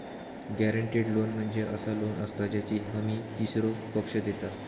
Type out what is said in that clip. guaranteed loan म्हणजे असा loan असता ज्याची हमी तीसरो पक्ष देता